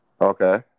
Okay